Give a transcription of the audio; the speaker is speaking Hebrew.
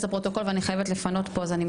לפרוטוקול ואני חייבת לפנות פה את האולם,